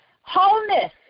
wholeness